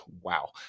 wow